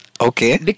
Okay